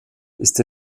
ist